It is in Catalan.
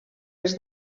els